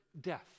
death